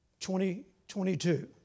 2022